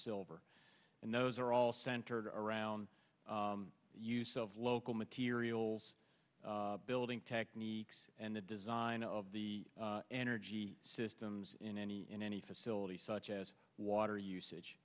silver and those are all centered around use of local materials building techniques and the design of the energy systems in any in any facility such as water usage